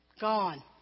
gone